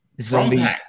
Zombies